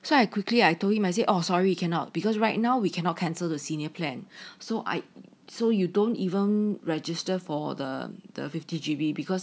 so I quickly I told him I said oh sorry you cannot because right now we cannot cancel the senior plan so I so you don't even register for the the fifty G_B because